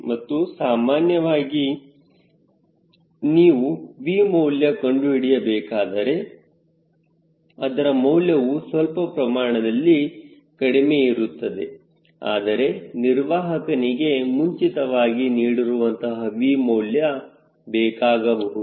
ಮತ್ತು ಸಾಮಾನ್ಯವಾಗಿ ನೀವು V ಮೂಲ್ಯ ಕಂಡುಹಿಡಿಯಬೇಕಾದರೆ ಅದರ ಮೌಲ್ಯವು ಸ್ವಲ್ಪ ಪ್ರಮಾಣದಲ್ಲಿ ಕಡಿಮೆ ಇರುತ್ತದೆ ಆದರೆ ನಿರ್ವಾಹಕನಿಗೆ ಮುಂಚಿತವಾಗಿ ನೀಡಿರುವಂತಹ V ಮೌಲ್ಯ ಬೇಕಾಗಬಹುದು